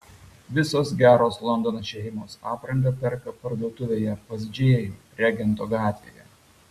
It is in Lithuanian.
visos geros londono šeimos aprangą perka parduotuvėje pas džėjų regento gatvėje